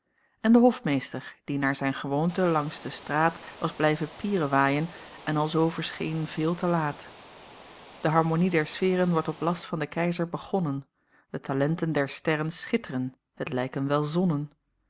en de hofmeester die naar zijn gewoonte langs de straat was blijven pierewaaien en alzoo verscheen veel te laat de harmonie der sfeeren wordt op last van den keizer begonnen de talenten der sterren schitteren het lijken wel zonnen